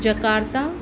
Jakarta